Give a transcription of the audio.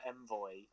envoy